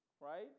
right